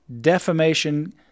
defamation